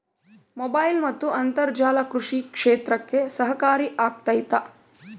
Mobile ಮತ್ತು ಅಂತರ್ಜಾಲ ಕೃಷಿ ಕ್ಷೇತ್ರಕ್ಕೆ ಸಹಕಾರಿ ಆಗ್ತೈತಾ?